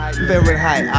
Fahrenheit